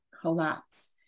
collapse